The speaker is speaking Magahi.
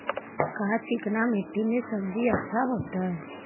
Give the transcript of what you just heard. का चिकना मट्टी में सब्जी अच्छा होतै?